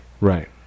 right